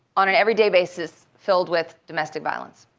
on an everyday basis filled with domestic violence